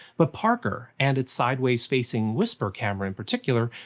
but parker, and its sideways-facing wispr cameras in particular,